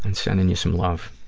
and sending you some love.